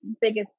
biggest